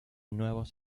nuevos